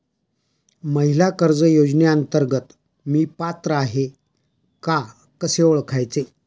महिला कर्ज योजनेअंतर्गत मी पात्र आहे का कसे ओळखायचे?